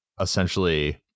essentially